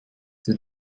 der